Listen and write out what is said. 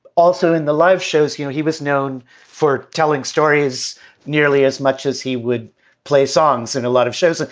also in the live shows, you know, he was known for telling stories nearly as much as he would play songs in a lot of shows, ah